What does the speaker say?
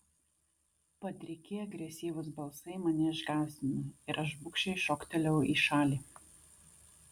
padriki agresyvūs balsai mane išgąsdino ir aš bugščiai šoktelėjau į šalį